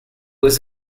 was